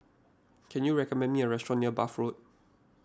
can you recommend me a restaurant near Bath Road